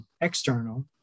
external